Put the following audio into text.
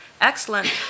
excellent